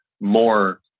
more